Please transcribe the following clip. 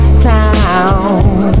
sound